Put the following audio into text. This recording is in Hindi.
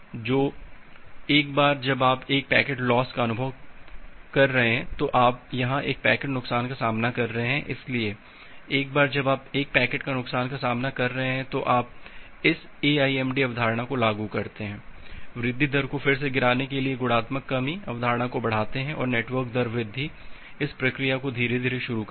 तो एक बार जब आप एक पैकेट लॉस का अनुभव कर रहे हैं तो आप यहां एक पैकेट नुकसान का सामना कर रहे हैं इसलिए एक बार जब आप एक पैकेट नुकसान का सामना कर रहे हैं तो आप इस AIMD अवधारणा को लागू करते हैं वृद्धि दर को फिर से गिराने के लिए गुणात्मक कमी अवधारणा को बढ़ाते हैं और नेटवर्क दर वृद्धि इस प्रक्रिया को धीरे धीरे शुरू करते हैं